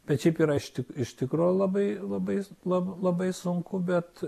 bet šiaip yra iš ti iš tikro labai labai la labai sunku bet